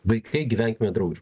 vaikai gyvenkime draugiškai